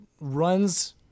runs